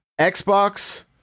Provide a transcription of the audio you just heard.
Xbox